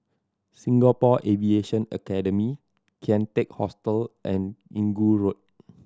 Singapore Aviation Academy Kian Teck Hostel and Inggu Road